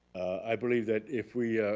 i believe that if we,